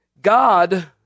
God